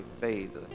faith